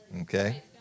okay